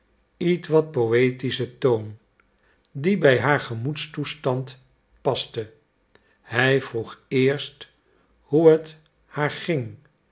ietwat poëtischen toon die bij haar gemoedstoestand paste hij vroeg eerst hoe het haar ging